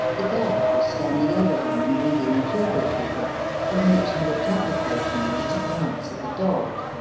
the guard was standing over him and reading a geography book, from which he looked up occasionally to glance at the dog.